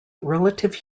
relative